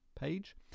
page